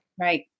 right